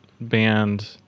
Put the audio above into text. band